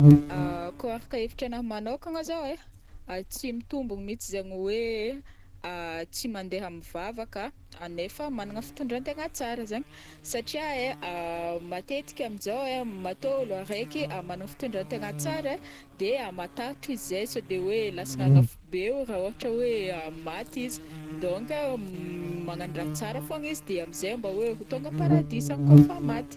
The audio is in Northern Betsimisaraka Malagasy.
kao araka hevitranahy manokagna zao ai, tsy mitombogn mihitsy izaigny hoe tsy mandeha mivavaka anefa managna fitondrantegna tsara zaigny satria ai, matetika aminjao ai matô ôlo araiky managna fitondrantegna tsara ai de matahotra izy ai saode hoe lasagna agnafobeo raha ohatra hoe maty izy donc magnano raha tsara fogna izy amzay mba hoe ho tonga am-paradisa agn kaof maty.